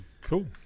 Cool